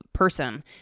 person